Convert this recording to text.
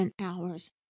hours